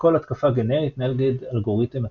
כל התקפה גנרית נגד אלגוריתם הצפנה,